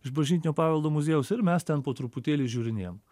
iš bažnytinio paveldo muziejaus ir mes ten po truputėlį žiūrinėjam